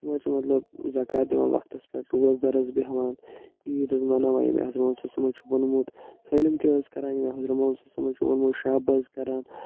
یِم حظ چھِ مطلب زکات دِوان وقتس پٮ۪ٹھ روزدر حظ بیٚہوان عیٖد حظ مناوان ییٚمہِ آیہِ حضرت محمد صَلَّى اللّٰهُ عَلَيْهِ وَسَلَّم چھُ ووٚنمُت سٲلِم کیٚنٛہہ حظ کَران ییٚمہِ آیہِ حضرت محمد صَلَّى اللّٰهُ عَلَيْهِ وَسَلَّم شب حظ کَران